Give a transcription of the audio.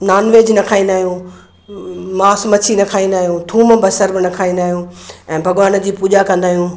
nonveg न खाईंदा आयूं मास मछी न खाईंदा आहियूं थूम बसरि न खाईंदा आयूं ऐं भॻवान जी पूजा कंदा आहियूं